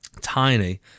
tiny